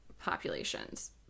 populations